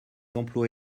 emplois